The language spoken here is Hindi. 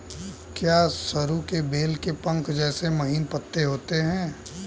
क्या सरु के बेल के पंख जैसे महीन पत्ते होते हैं?